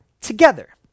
together